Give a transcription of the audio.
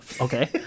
okay